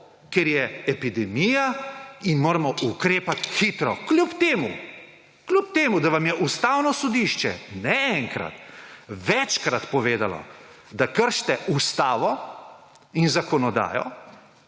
ker je epidemija in moramo ukrepati hitro kljub temu, da vam je Ustavno sodišče ne enkrat večkrat povedalo, da kršite Ustavo in zakonodajo